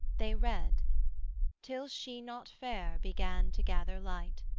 they read till she not fair began to gather light,